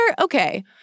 okay